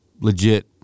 legit